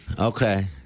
Okay